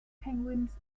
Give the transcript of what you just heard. penguins